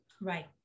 right